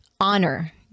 honor